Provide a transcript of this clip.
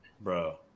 Bro